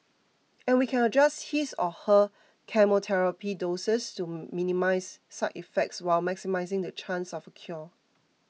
and we can adjust his or her chemotherapy doses to minimise side effects while maximising the chance of a cure